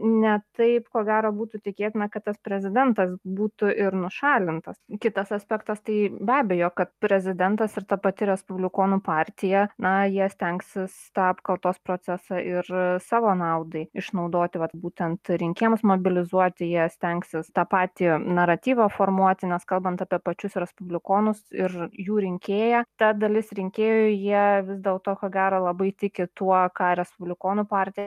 ne taip ko gero būtų tikėtina kad tas prezidentas būtų ir nušalintas kitas aspektas tai be abejo kad prezidentas ir ta pati respublikonų partija na jie stengsis tą apkaltos procesą ir savo naudai išnaudoti vat būtent rinkėjams mobilizuoti jie stengsis tą patį naratyvą formuoti nes kalbant apie pačius respublikonus ir jų rinkėją ta dalis rinkėjų jie vis dėlto ko gero labai tiki tuo ką respublikonų partija